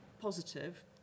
positive